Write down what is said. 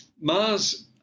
Mars